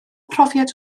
profiad